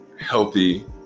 healthy